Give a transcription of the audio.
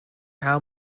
how